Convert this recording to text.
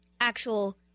actual